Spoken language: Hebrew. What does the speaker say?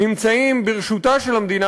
נמצאים ברשותה של המדינה,